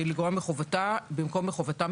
לגרוע מחובתה" צריך לכתוב במקום "מחובתה",